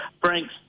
Frank